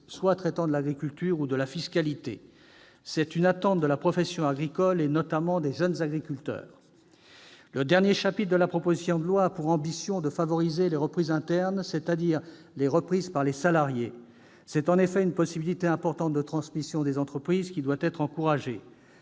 texte traitant d'agriculture ou de fiscalité. C'est une attente de la profession agricole, notamment des jeunes agriculteurs. Le dernier chapitre de la proposition de loi répond à l'ambition de favoriser les reprises internes, c'est-à-dire les reprises par les salariés. C'est en effet une possibilité importante de transmission des entreprises qui doit être encouragée.